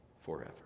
forever